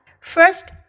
First